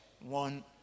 one